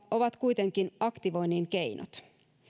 ovat kuitenkin aktivoinnin keinot